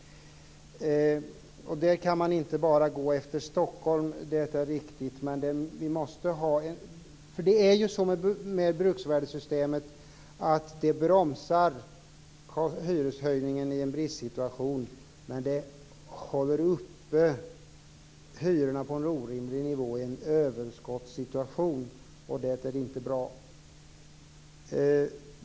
Man kan inte bara gå efter Stockholm. Det är riktigt. Bruksvärdessystemet bromsar hyreshöjningen i en bristsituation, men håller uppe hyrorna på en orimlig nivå i en överskottssituation. Det är inte bra.